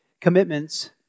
commitments